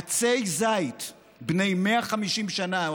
עצי זית בני 150 שנה,